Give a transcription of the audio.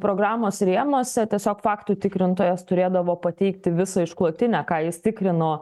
programos rėmuose tiesiog faktų tikrintojas turėdavo pateikti visą išklotinę ką jis tikrino